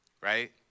right